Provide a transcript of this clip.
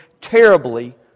terribly